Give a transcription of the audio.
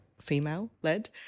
female-led